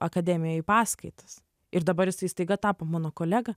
akademijoj paskaitas ir dabar jisai staiga tapo mano kolega